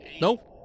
no